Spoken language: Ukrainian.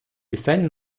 пісень